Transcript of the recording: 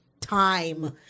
time